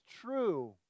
true